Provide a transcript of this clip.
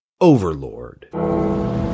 Overlord